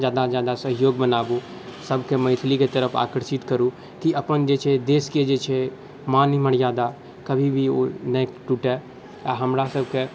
ज्यादासँ ज्यादा सहयोग बनाबू सबके मैथिलीके तरफ आकर्षित करू कि अपन जे छै देशके जे छै मान मर्यादा कभी भी ई ओ नहि टुटै आओर हमरा सबके